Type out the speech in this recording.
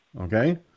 okay